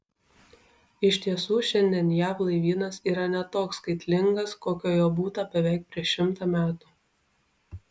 iš tiesų šiandien jav laivynas yra ne toks skaitlingas kokio jo būta beveik prieš šimtą metų